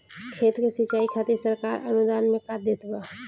खेत के सिचाई खातिर सरकार अनुदान में का देत बा?